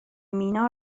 مینا